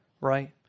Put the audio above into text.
Right